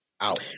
out